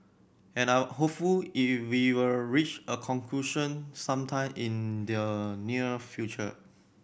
and I'm hopeful you we will reach a conclusion some time in the near future